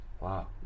Wow